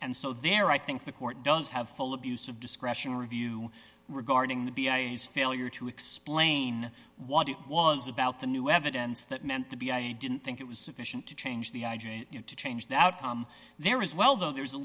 and so there i think the court does have full abuse of discretion review regarding the b i use failure to explain what it was about the new evidence that meant the b i didn't think it was sufficient to change the change the outcome there as well though there is a